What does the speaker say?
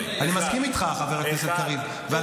--- החמאס מרים ראש בצפון הרצועה --- אני מסכים איתך,